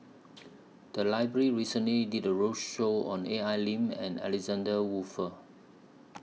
The Library recently did A roadshow on A I Lim and Alexander Wolfer